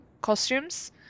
costumes